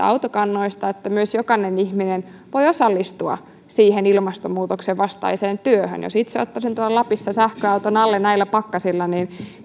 autokannoista niin myös jokainen ihminen voi osallistua siihen ilmastonmuutoksen vastaiseen työhön jos itse ottaisin tuolla lapissa sähköauton alle näillä pakkasilla niin